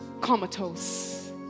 comatose